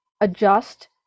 adjust